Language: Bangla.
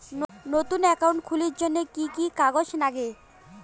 নতুন একাউন্ট খুলির জন্যে কি কি কাগজ নাগে?